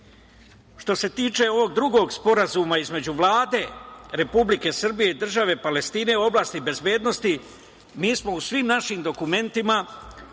se tiče ovog drugog Sporazuma između Vlade Republike Srbije i države Palestine u oblasti bezbednosti, mi smo u svim našim dokumentima